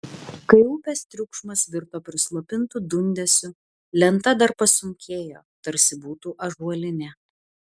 kai upės triukšmas virto prislopintu dundesiu lenta dar pasunkėjo tarsi būtų ąžuolinė